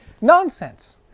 Nonsense